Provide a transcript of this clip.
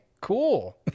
Cool